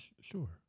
Sure